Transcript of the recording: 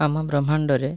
ଆମ ବ୍ରହ୍ମାଣ୍ଡରେ